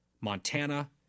Montana